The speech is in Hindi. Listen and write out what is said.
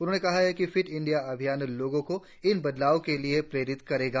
उन्होंने कहा कि फिट इंडिया अभियान लोगों को इन बदलावों के लिए प्रेरित करेगा